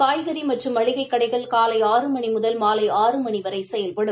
காய்கறி மற்றும் மளிகைக் கடைகள் காலை ஆறு மணி முதல் மாலை ஆறு மணி வரை செயல்படும்